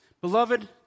Beloved